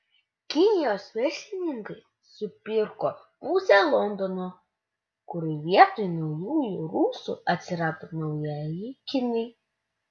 kinijos verslininkai supirko pusę londono kur vietoj naujųjų rusų atsirado naujieji kinai